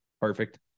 Perfect